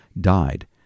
died